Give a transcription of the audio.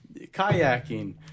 kayaking